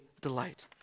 delight